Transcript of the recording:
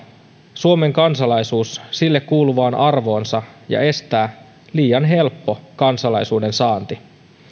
suomen kansalaisuus sille kuuluvaan arvoonsa ja estää liian helppo kansalaisuuden saanti